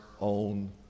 own